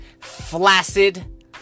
flaccid